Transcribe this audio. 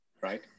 right